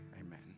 Amen